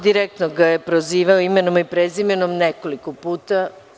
Direktno ga je prozivao imenom i prezimenom nekoliko puta.